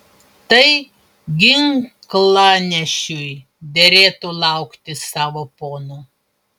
tai ginklanešiui derėtų laukti savo pono